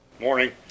morning